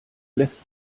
lässt